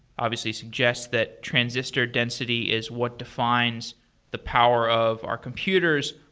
obviously suggests that transistor density is what defines the power of our computers.